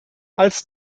als